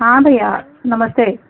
हाँ भैया नमस्ते